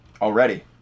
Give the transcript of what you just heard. Already